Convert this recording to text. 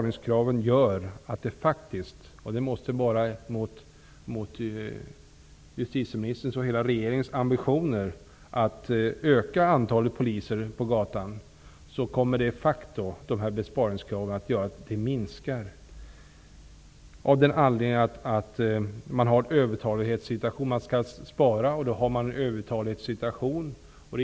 Inte bara justitieministern, utan hela regeringen, har ju ambitionen att öka antalet poliser på gatan. Men dessa besparingskrav kommer de facto att leda till att det minskar. Man skall spara och det leder till att man i dag har en övertalighetssituation.